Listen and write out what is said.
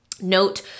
note